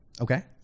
Okay